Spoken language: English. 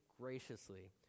graciously